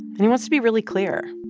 and he wants to be really clear.